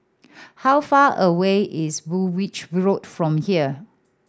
how far away is Woolwich Road from here